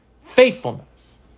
faithfulness